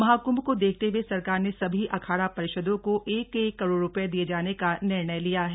महाक्ंभ को देखते हए सरकार ने सभी अखाड़ा परिषदों को एक एक करोड़ रुपए दिए जाने का निर्णय लिया है